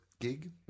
gig